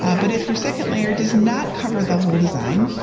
ah but if your second layer does not cover the whole design,